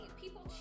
People